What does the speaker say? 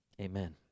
amen